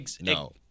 No